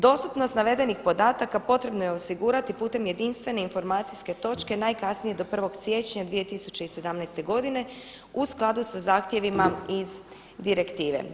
Dostupnost navedenih podataka potrebno je osigurati putem jedinstvene informacijske točke najkasnije do 1. siječnja 2017. godine u skladu sa zahtjevima iz direktive.